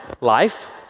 life